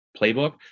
playbook